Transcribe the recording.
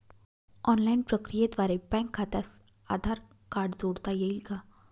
Online प्रक्रियेद्वारे bank खात्यास Aadhaar card जोडता येईल का?